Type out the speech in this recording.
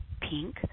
pink